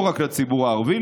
לא רק לציבור הערבי,